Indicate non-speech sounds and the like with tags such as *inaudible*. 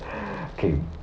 *noise* okay